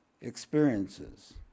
experiences